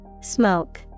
Smoke